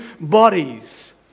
bodies